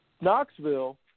Knoxville